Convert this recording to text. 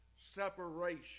separation